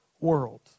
world